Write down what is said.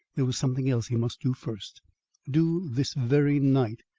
there was something else he must do first do this very night,